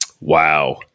Wow